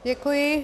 Děkuji.